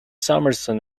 summerson